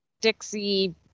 dixie